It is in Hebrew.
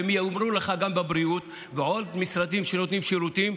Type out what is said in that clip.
והם יועברו לך גם בבריאות ובחינוך ובעוד משרדים שנותנים שירותים.